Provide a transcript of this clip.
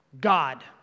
God